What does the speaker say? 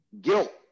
Guilt